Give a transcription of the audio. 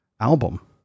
album